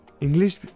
English